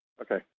Okay